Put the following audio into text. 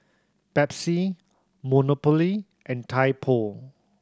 Pepsi Monopoly and Typo